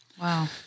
wow